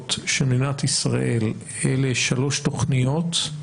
הפעולות של מדינת ישראל אלה שלוש תכניות,